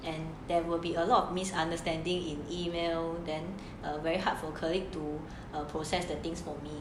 and there will be a lot of misunderstanding in email then very hard for colleague to process the things for me